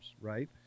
right